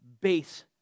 base